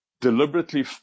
deliberately